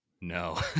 no